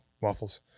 Waffles